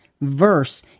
verse